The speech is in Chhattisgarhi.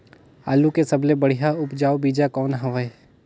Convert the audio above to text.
आलू के सबले बढ़िया उपजाऊ बीजा कौन हवय?